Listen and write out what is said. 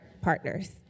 partners